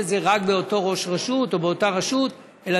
שר הבריאות,